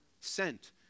sent